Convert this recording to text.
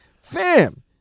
fam